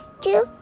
Two